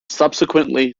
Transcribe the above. subsequently